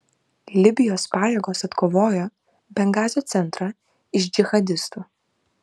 libijos pajėgos atkovojo bengazio centrą iš džihadistų